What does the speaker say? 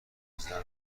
زدن